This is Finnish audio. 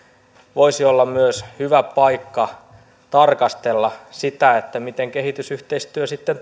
voisi tosiaan olla myös hyvä paikka tarkastella sitä miten kehitysyhteistyö sitten